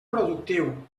productiu